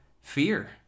fear